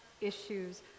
issues